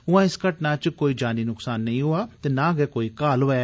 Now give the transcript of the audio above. उआं इस घटना च कोई जानी नुकसान नेई होआ ते ना गै कोई घायल होआ